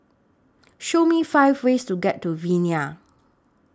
Show Me five ways to get to Vienna